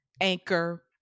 anchor